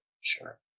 sure